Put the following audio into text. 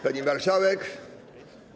Pani Marszałek!